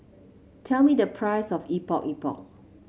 tell me the price of Epok Epok